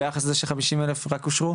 ביחס לזה ש-50,000 יחידות דיור רק אושרו?